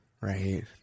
right